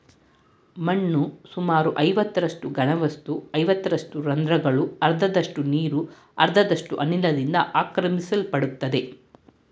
ಮಣ್ಣು ಸುಮಾರು ಐವತ್ತರಷ್ಟು ಘನವಸ್ತು ಐವತ್ತರಷ್ಟು ರಂದ್ರಗಳು ಅರ್ಧದಷ್ಟು ನೀರು ಅರ್ಧದಷ್ಟು ಅನಿಲದಿಂದ ಆಕ್ರಮಿಸಲ್ಪಡ್ತದೆ